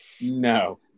No